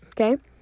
okay